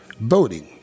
Voting